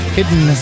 Hidden